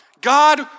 God